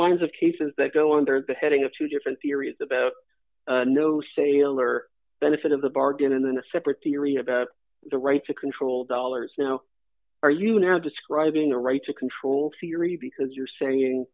lines of cases that go under the heading of two different theories about a new sailor benefit of the bargain and then a separate theory of the right to control dollars now are you now describing the right to control theory because you're saying